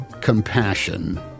compassion